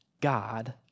God